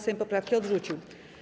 Sejm poprawki odrzucił.